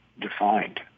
defined